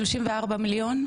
34 מיליון?